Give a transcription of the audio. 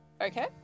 Okay